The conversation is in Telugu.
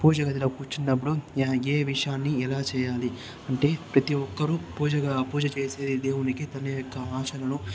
పూజ గదిలో కూర్చున్నప్పుడు ఏ విషయాన్ని ఎలా చేయాలి అంటే ప్రతి ఒక్కరు పూజగా పూజ చేసే దేవునికి తన యొక్క ఆశలను